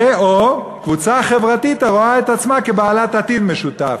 ו/או קבוצה חברתית הרואה את עצמה כבעלת עתיד משותף.